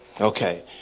Okay